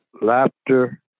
laughter